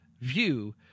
view